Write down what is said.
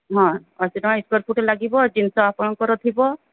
ହଁ ଅଶୀ ଟଙ୍କା ସ୍କୋୟାର ଫୁଟ୍ ଲାଗିବ ଜିନିଷ ଆପଣଙ୍କର ଥିବ